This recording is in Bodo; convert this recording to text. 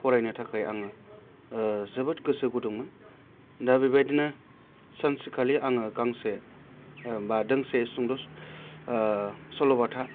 फरायनो थाखाय आङो जोबोद गोसो गुदुंमोन दा बेबादिनो सानसेखालि आङो गांसे बा दोंसे सुंद' सल'बाथा